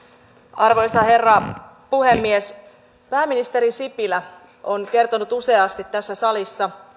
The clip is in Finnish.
arvoisa herra puhemies pääministeri sipilä on kertonut useasti tässä salissa